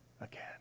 again